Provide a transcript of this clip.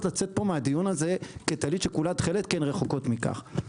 לצאת מהדיון הזה כטלית שכולה תכלת כי הן רחוקות מכך.